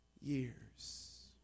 years